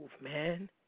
man